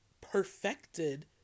perfected